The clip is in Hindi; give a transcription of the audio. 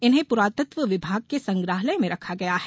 इन्हें पुरातत्व विभाग के संग्रहालय में रखा गया है